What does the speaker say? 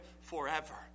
forever